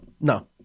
No